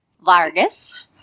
Vargas